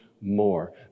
more